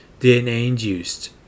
DNA-induced